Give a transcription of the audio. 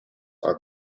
are